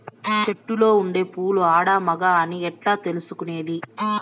చెట్టులో ఉండే పూలు ఆడ, మగ అని ఎట్లా తెలుసుకునేది?